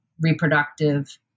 reproductive